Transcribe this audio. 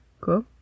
Cool